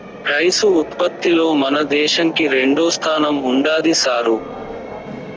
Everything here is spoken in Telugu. రైసు ఉత్పత్తిలో మన దేశంకి రెండోస్థానం ఉండాది సారూ